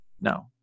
no